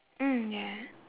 mm yeah